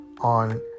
on